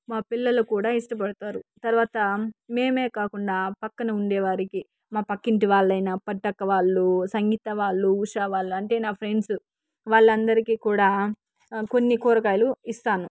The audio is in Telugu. మా పిల్లలు కూడా ఇష్టపడతారు తర్వాత మేమే కాకుండా పక్కన ఉండే వారికి మా పక్కింటి వాళ్ళు పెద్దక్క వాళ్ళు సంగీత వాళ్ళు ఉష వాళ్ళు అంటే నా ఫ్రెండ్స్ వాళ్ళందరికీ కూడా కొన్ని కూరగాయలు ఇస్తాను